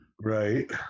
right